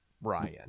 Ryan